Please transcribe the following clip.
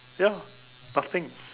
ya fasting